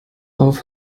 auf